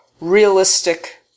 realistic